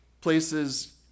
places